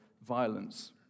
violence